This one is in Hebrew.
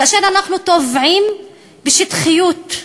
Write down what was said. כאשר אנחנו טובעים בשטחיות,